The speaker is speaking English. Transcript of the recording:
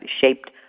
shaped